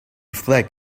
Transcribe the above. flag